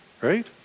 right